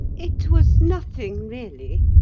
it was nothing, really,